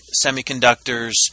semiconductors